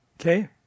Okay